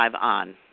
on